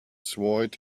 swayed